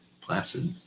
placid